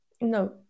No